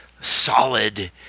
solid